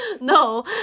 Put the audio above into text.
No